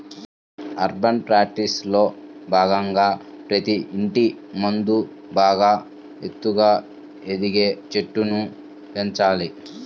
urban ఫారెస్ట్రీలో భాగంగా ప్రతి ఇంటి ముందు బాగా ఎత్తుగా ఎదిగే చెట్లను పెంచాలి